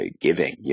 giving